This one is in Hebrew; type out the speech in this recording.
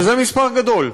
וזה מספר גדול.